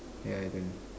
yeah I don't